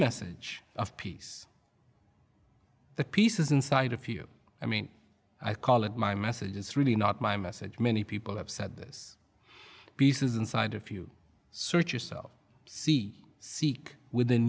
message of peace the pieces inside of you i mean i call it my message is really not my message many people have said this pieces inside of you search yourself see seek with